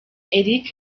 eric